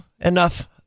enough